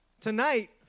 Tonight